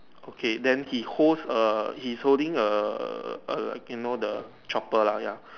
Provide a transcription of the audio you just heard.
okay then he holds err he is holding err you know the chopper lah ya